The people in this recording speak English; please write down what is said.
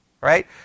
right